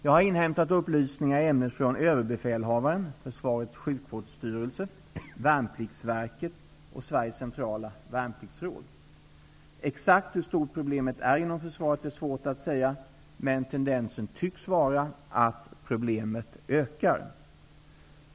Jag har inhämtat upplysningar i ämnet från Värnpliktsverket och Sveriges centrala värnpliktsråd. Exakt hur stort problemet är inom försvaret är svårt att säga, men tendensen tycks vara att problemet ökar.